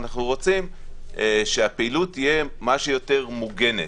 אנחנו רוצים שהפעילות תהיה מה שיותר מוגנת.